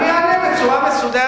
אני אענה על הכול בצורה מסודרת.